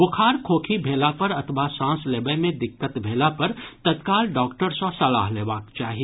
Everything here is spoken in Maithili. बोखार खोखी भेला पर अथवा सांस लेबय मे दिक्कत भेला पर तत्काल डॉक्टर सँ सलाह लेबाक चाही